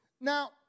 Now